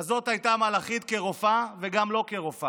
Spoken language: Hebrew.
כזאת הייתה, מלאכית כרופאה וגם לא כרופאה.